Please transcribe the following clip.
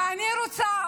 ואני רוצה,